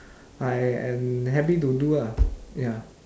I am happy to do lah ya